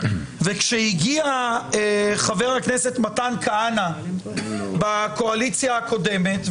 וכשהגיע חבר הכנסת מתן כהנא בקואליציה הקודמת,